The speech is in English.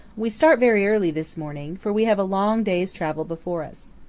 we start very early this morning, for we have a long day's travel before us.